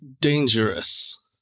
dangerous